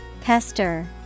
Pester